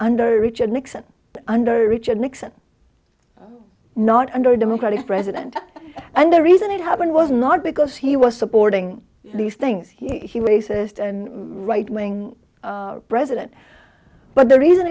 under richard nixon under richard nixon not under a democratic president and the reason it happened was not because he was supporting at least things he waited and right wing president but the reason